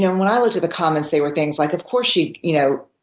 when i looked at the comments there were things like, of course she you know